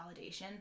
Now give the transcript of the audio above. validation